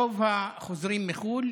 רוב החוזרים מחו"ל